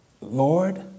Lord